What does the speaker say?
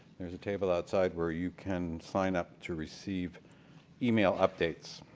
there is a table outside where you can sign up to receive email updates.